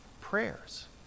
prayers